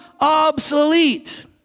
obsolete